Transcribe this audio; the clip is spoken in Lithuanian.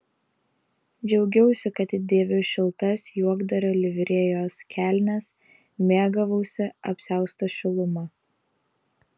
džiaugiausi kad dėviu šiltas juokdario livrėjos kelnes mėgavausi apsiausto šiluma